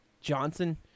Johnson –